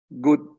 good